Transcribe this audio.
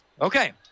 Okay